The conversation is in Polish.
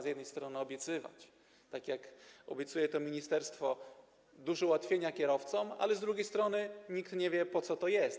Z jednej strony można więc obiecywać, tak jak obiecuje to ministerstwo, duże ułatwienia kierowcom, ale z drugiej strony nikt nie wie, po co to jest.